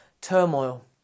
turmoil